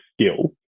skill